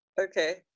okay